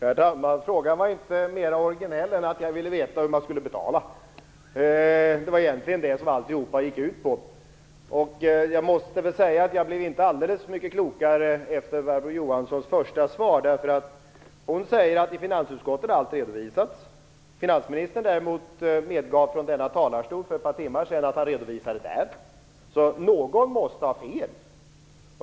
Herr talman! Frågan var inte mera originell än att jag ville veta hur man skulle betala. Det var vad det gick ut på. Och jag blev inte särskilt mycket klokare efter Barbro Johanssons första svar. Barbro Johansson sade att allt är redovisat i finansutskottet. Finansministern däremot medgav från kammarens talarstol för ett par timmar sedan att han redovisade finansieringen där. Någon måste ha fel.